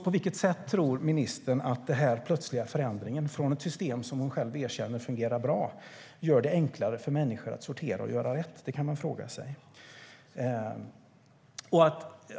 På vilket sätt tror alltså ministern att den här plötsliga förändringen, från ett system hon själv erkänner fungerar bra, gör det enklare för människor att sortera och göra rätt? Det kan man fråga sig.